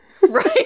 Right